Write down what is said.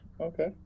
okay